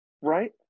right